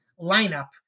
lineup